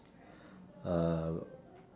uh